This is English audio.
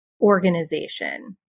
organization